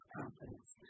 confidence